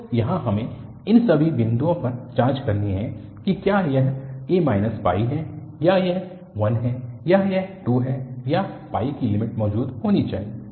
तो यहाँ हमें इन सभी बिन्दुओं पर जाँच करनी है कि क्या यह a है या यह 1 है या यह 2 है या कि लिमिट मौजूद होनी चाहिए